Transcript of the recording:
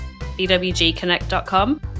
bwgconnect.com